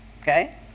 okay